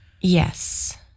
Yes